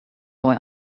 boy